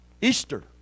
Easter